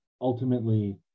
ultimately